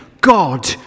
God